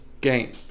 game